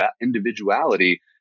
individuality